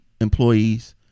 employees